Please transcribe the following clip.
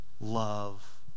love